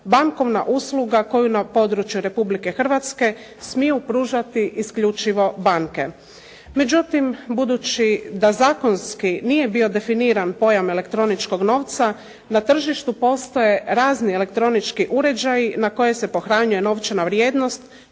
bankovna usluga koju na području Republike Hrvatske smiju pružati isključivo banke. Međutim, budući da zakonski nije bio definiran pojam elektroničkog novca, na tržištu postoje razni elektronički uređaji na koje se pohranjuje novčana vrijednost